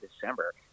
December